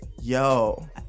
yo